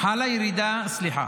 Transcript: סליחה.